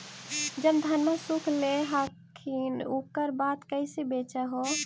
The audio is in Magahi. जब धनमा सुख ले हखिन उकर बाद कैसे बेच हो?